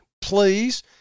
please